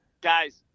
guys